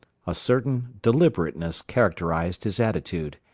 a certain deliberateness characterized his attitude.